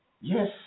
Yes